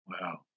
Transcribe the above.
Wow